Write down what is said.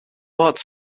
both